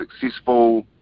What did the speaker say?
successful